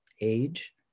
age